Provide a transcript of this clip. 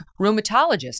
rheumatologist